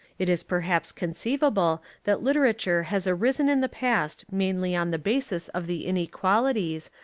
it is perhaps conceivable that literature has arisen in the past mainly on the basis of the inequalities,